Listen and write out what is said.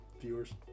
viewers